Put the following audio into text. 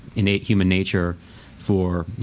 innate human nature for, you